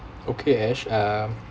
okay ash um